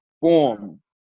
form